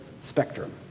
spectrum